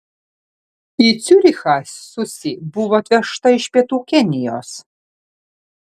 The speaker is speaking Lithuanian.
į ciurichą susi buvo atvežta iš pietų kenijos